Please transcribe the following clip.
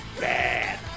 bad